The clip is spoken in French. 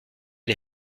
les